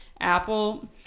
Apple